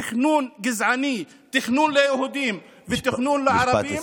תכנון גזעני, תכנון ליהודים ותכנון לערבים.